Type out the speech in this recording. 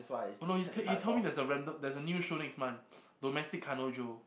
oh no he's he told there's a rand~ there's a new show next month Domestic Kanojo